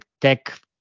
tech